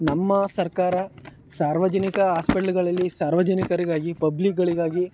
ನಮ್ಮ ಸರ್ಕಾರ ಸಾರ್ವಜನಿಕ ಆಸ್ಪೆಟ್ಲ್ಗಳಲ್ಲಿ ಸಾರ್ವಜನಿಕರಿಗಾಗಿ ಪಬ್ಲಿಕ್ಗಳಿಗಾಗಿ